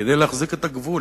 כדי להחזיק את הגבול.